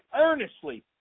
earnestly